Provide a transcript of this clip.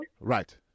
Right